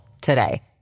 today